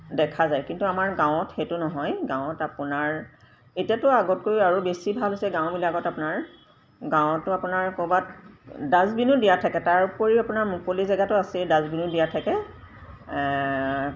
দেখা যায় কিন্তু আমাৰ গাঁৱত সেইটো নহয় গাঁৱত আপোনাৰ এতিয়াতো আগতকৈ আৰু বেছি ভাল হৈছে গাঁওবিলাকত আপোনাৰ গাঁৱতো আপোনাৰ ক'ৰবাত ডাষ্টবিনো দিয়া থাকে তাৰ উপৰিও আপোনাৰ মুকলি জেগাতো আছেই ডাষ্টবিনো দিয়া থাকে